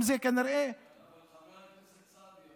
פתאום במקום השלישי, חבר הכנסת סעדי,